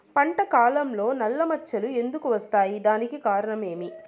పంట కాలంలో నల్ల మచ్చలు ఎందుకు వస్తాయి? దానికి కారణం ఏమి?